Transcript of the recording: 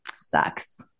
sucks